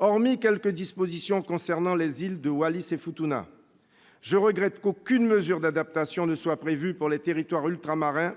Hormis quelques dispositions concernant les îles Wallis-et-Futuna, je regrette qu'aucune mesure d'adaptation ne soit prévue pour les territoires ultramarins,